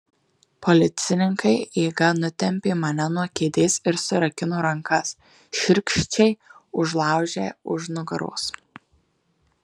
policininkai jėga nutempė mane nuo kėdės ir surakino rankas šiurkščiai užlaužę už nugaros